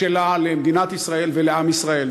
שלה למדינת ישראל ולעם ישראל.